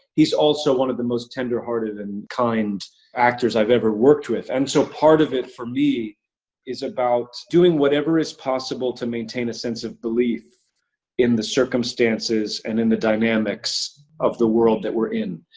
he's also one of the most tender-hearted and kind actors i've ever worked with, and so part of it for me is about doing whatever is possible to maintain a sense of belief in the circumstances and in the dynamics of the world that we're in.